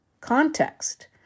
context